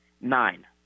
Nine